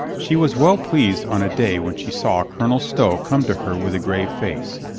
she was well pleased on a day when she saw colonel stow come to her with a grave face.